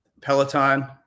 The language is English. Peloton